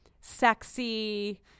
sexy